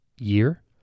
year